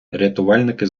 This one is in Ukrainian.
рятувальники